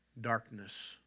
darkness